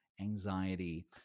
anxiety